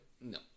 No